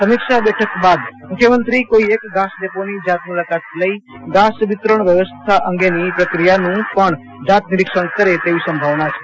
સમિક્ષા બેઠક બાદ મખ્યમત્રો કોઈ એક ઘાસ ડેપોની જાત મુલાકાત લઈ ઘાસ વિતરણ વ્યવસ્થા અગેની પ્રક્રિયાન પણ જાત નિરોક્ષણ કરે તેવી સંભાવના છે